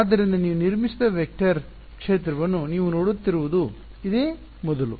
ಆದ್ದರಿಂದ ನೀವು ನಿರ್ಮಿಸಿದ ವೆಕ್ಟರ್ ಕ್ಷೇತ್ರವನ್ನು ನೀವು ನೋಡುತ್ತಿರುವುದು ಇದೇ ಮೊದಲು